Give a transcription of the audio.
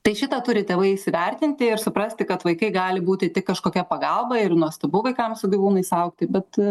tai šitą turi tėvai įsivertinti ir suprasti kad vaikai gali būti tik kažkokia pagalba ir nuostabu vaikam su gyvūnais augti bet